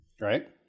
right